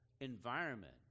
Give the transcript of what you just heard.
environment